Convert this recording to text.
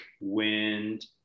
wind